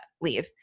leave